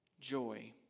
Joy